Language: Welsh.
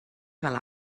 fel